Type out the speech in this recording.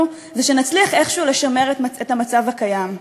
זה שנצליח איכשהו לשמר את המצב הקיים,